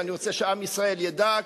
ואני רוצה שעם ישראל ידע,